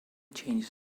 changes